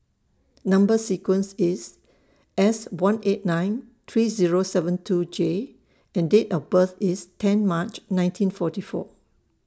Number sequence IS S one eight nine three Zero seven two J and Date of birth IS ten March nineteen forty four